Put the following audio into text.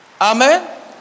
Amen